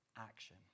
action